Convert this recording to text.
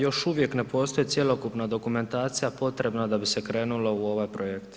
Još uvijek ne postoji cjelokupna dokumentacija potrebna da bi se krenulo u ovaj projekt.